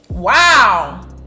Wow